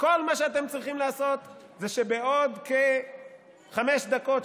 כל מה שאתם צריכים לעשות זה בעוד כחמש דקות,